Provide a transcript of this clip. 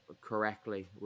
correctly